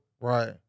Right